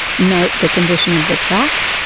note the condition of the track,